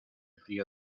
frío